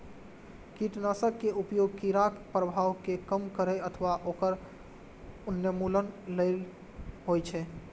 कीटनाशक के उपयोग कीड़ाक प्रभाव कें कम करै अथवा ओकर उन्मूलन लेल होइ छै